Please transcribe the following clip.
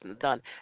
done